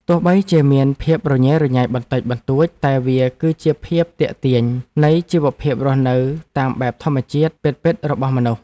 ទោះបីជាមានភាពរញ៉េរញ៉ៃបន្តិចបន្តួចតែវាគឺជាភាពទាក់ទាញនៃជីវភាពរស់នៅតាមបែបធម្មជាតិពិតៗរបស់មនុស្ស។